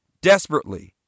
Desperately